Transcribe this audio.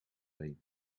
been